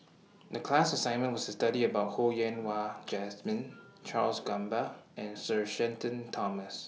The class assignment was to study about Ho Yen Wah Jesmine Charles Gamba and Sir Shenton Thomas